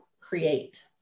create